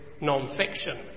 non-fiction